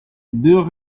deux